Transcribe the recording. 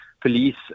police